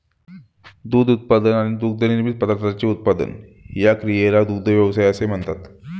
दूध उत्पादन आणि दुग्धनिर्मित पदार्थांचे उत्पादन या क्रियेला दुग्ध व्यवसाय असे म्हणतात